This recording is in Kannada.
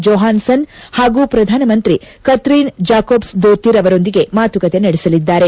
ಜೊಹಾನ್ಸನ್ ಹಾಗೂ ಪ್ರಧಾನಮಂತ್ರಿ ಕ್ರಿನ್ ಜಾಕೊಬ್ಸ್ದೋತಿರ್ ಅವರೊಂದಿಗೆ ಮಾತುಕತೆ ನಡೆಸಲಿದ್ದಾರೆ